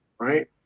right